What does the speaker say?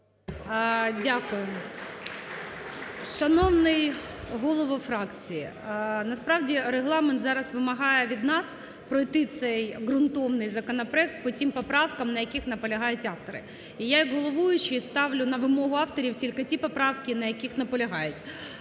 Дякую. Шановний голово фракції, насправді Регламент зараз вимагає від нас пройти цей ґрунтовний законопроект по тих поправках, на які наполягають автори. І я як головуючий ставлю на вимогу авторів тільки ті поправки, на яких наполягають.